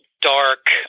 Dark